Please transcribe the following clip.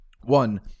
One